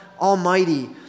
Almighty